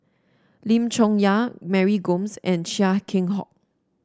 Lim Chong Yah Mary Gomes and Chia Keng Hock